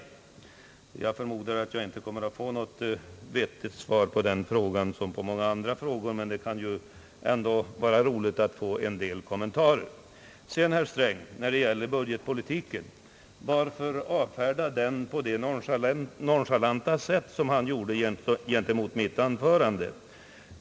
Jag förmodar att jag inte kommer att få något vettigt svar på denna fråga heller, men det kan vara roligt att få en del kommentarer. Varför avfärdar herr Sträng budgetpolitiken på det nonchalanta sätt han gjorde i anslutning till mitt anförande?